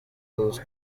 todos